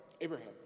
Abraham